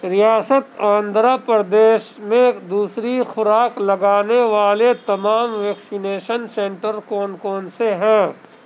ریاست آندھرا پردیش میں دوسری خوراک لگانے والے تمام ویکسینیشن سینٹر کون کون سے ہیں